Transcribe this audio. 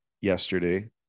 yesterday